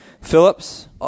Phillips